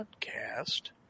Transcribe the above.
Podcast